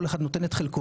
כל אחד נותן את חלקו,